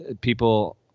people